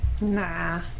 Nah